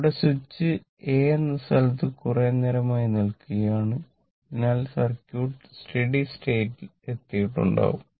ഇവിടെ switch A എന്ന സ്ഥലത്ത് കുറേ നേരമായി നിൽക്കുകയാണ് ആണ് അതിനാൽ സർക്യൂട്ട് സ്റ്റഡി സ്റ്റേറ്റ് എത്തിയിട്ടുണ്ടാകും